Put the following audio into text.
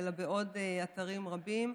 אלא בעוד אתרים רבים,